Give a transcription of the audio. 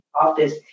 office